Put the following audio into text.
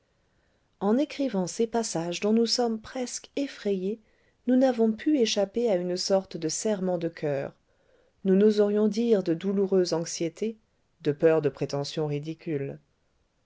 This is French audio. en écrivant ces passages dont nous sommes presque effrayé nous n'avons pu échapper à une sorte de serrement de coeur nous n'oserions dire de douloureuse anxiété de peur de prétention ridicule